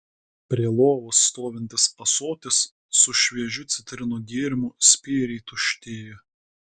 prie lovos stovintis ąsotis su šviežiu citrinų gėrimu spėriai tuštėjo